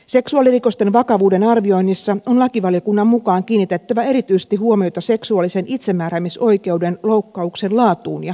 seksuaalirikosten vakavuuden arvioinnissa on lakivaliokunnan mukaan kiinnitettävä erityisesti huomiota seksuaalisen itsemääräämisoikeuden loukkauksen laatuun ja teko olosuhteisiin